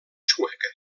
sueca